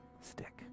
stick